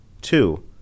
two